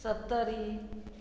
Sattari